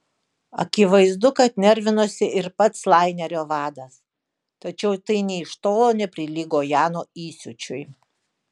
akivaizdu kad nervinosi ir pats lainerio vadas tačiau tai nė iš tolo neprilygo jano įsiūčiui